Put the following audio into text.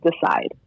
decide